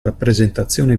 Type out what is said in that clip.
rappresentazione